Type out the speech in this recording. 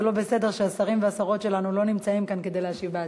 לא בסדר שהשרים והשרות שלנו לא נמצאים כאן כדי להשיב בעצמם.